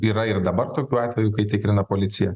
yra ir dabar tokių atvejų kai tikrina policija